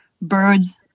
birds